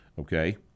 Okay